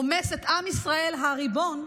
רומס את עם ישראל הריבון,